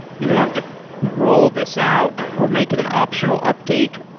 you have to roll this out or make it an optional update.